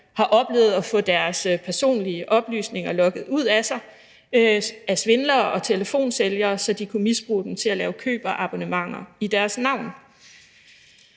har oplevet at få deres personlige oplysninger lokket ud af sig af svindlere og telefonsælgere, så de kunne misbruge dem til at lave køb og abonnementer i deres navn.